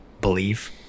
believe